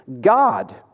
God